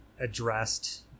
addressed